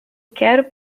quero